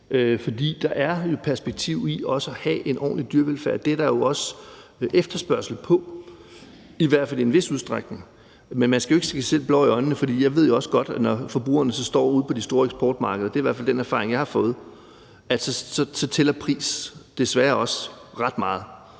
er et perspektiv i også at have en ordentlig dyrevelfærd, og det er der jo også efterspørgsel på, i hvert fald i en vis udstrækning. Men man skal jo ikke stikke sig selv blår i øjnene, for jeg ved jo også godt, at når forbrugerne så står ude på de store eksportmarkeder – det er i hvert